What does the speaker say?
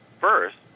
first